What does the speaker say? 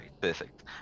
perfect